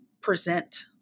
present